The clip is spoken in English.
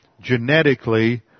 genetically